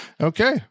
okay